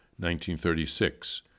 1936